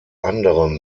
anderem